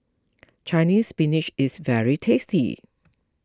Chinese Spinach is very tasty